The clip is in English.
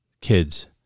kids